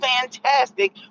fantastic